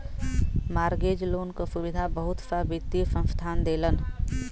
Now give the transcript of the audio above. mortgage loan क सुविधा बहुत सा वित्तीय संस्थान देलन